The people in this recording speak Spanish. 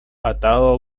atado